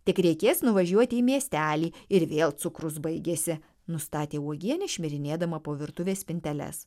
tik reikės nuvažiuoti į miestelį ir vėl cukrus baigėsi nustatė uogienė šmirinėdama po virtuvės spinteles